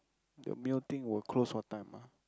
the mio thing will close what time ah